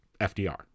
FDR